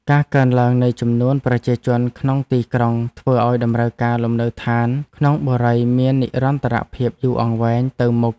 ការកើនឡើងនៃចំនួនប្រជាជនក្នុងទីក្រុងធ្វើឱ្យតម្រូវការលំនៅឋានក្នុងបុរីមាននិរន្តរភាពយូរអង្វែងទៅមុខ។